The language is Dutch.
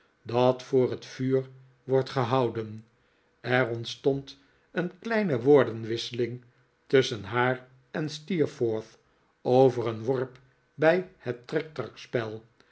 dat voor het vuur wordt gehouden er ontstond een kleine woordenwisseling tusschen haar en steerforth over een worp bij het